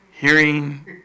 Hearing